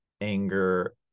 anger